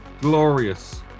glorious